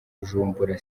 bujumbura